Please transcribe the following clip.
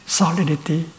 solidity